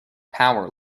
power